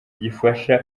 gifasha